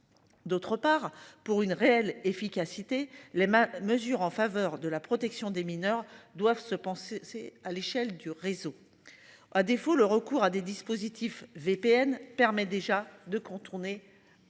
D'autre part pour une réelle efficacité. Les mesures en faveur de la protection des mineurs doivent se penser c'est à l'échelle du réseau. À défaut, le recours à des dispositifs VPN permet déjà de contourner.